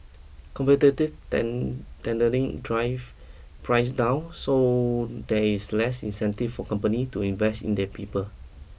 competitive tendering drive prices down so there is less incentive for company to invest in their people